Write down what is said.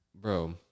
Bro